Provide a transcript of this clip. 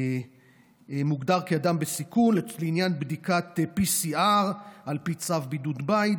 מוגדר כאדם בסיכון לעניין בדיקת PCR על פי צו בידוד בית.